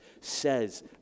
says